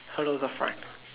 hello the front